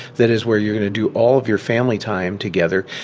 that is where you're going to do all of your family time together,